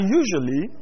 usually